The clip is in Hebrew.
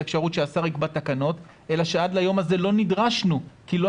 האפשרות שהשר יקבע תקנות אלא שעד ליום הזה לא נדרשנו כי לא